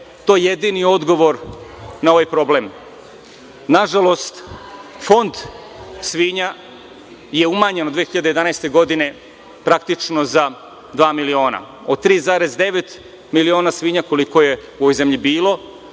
je to jedini odgovor na ovaj problem. Nažalost, fond svinja je umanjen od 2011. godine praktično za dva miliona. Od 3,9 miliona svinja, koliko je u ovoj zemlji bilo